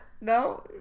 No